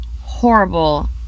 horrible